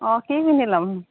অঁ কি পিন্ধি ল'ম